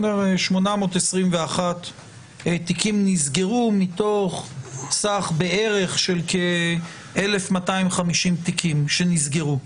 821 תיקים נסגרו מתוך סך בערך של כ-1,250 תיקים שנסגרו: